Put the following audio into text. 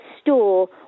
store